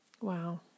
Wow